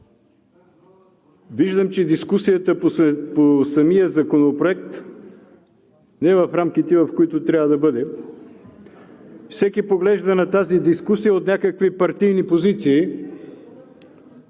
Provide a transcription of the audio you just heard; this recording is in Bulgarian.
Виждам, че дискусията по самия законопроект не е в рамките, в които трябва да бъде. Всеки поглежда на тази дискусия от някакви партийни позиции.